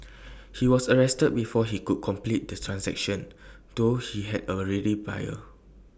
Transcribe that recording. he was arrested before he could complete the transaction though he had A ready buyer